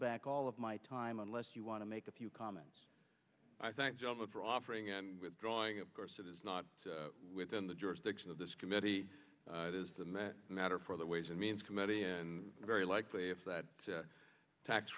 back all of my time unless you want to make a few comments i think java for offering and withdrawing of course it is not within the jurisdiction of this committee it is the matter for the ways and means committee and very likely if that